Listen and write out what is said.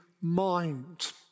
mind